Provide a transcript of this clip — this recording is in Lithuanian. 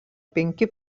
penki